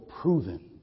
proven